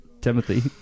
Timothy